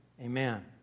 amen